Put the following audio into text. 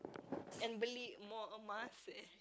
and beli more emas and